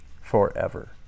forever